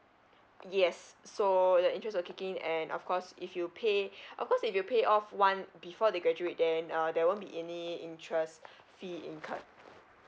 yes so the interest will kicking in and of course if you pay of course if you pay off one before they graduate then uh there won't be any interest fee incurred